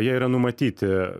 jie yra numatyti